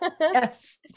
Yes